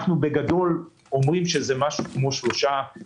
אנחנו בגדול אומרים שזה משהו כמו 3%